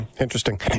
interesting